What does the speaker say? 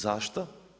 Zašto?